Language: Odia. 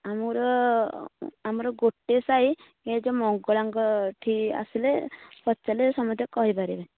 ଆମର ଆମର ଗୋଟେ ସାହି ଏହିଠି ମଙ୍ଗଳାଙ୍କ ଠି ଆସିଲେ ପଚାରିଲେ ସମସ୍ତେ କହି ପାରିବେ